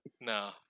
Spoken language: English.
No